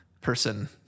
person